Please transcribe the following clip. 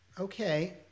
okay